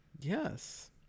Yes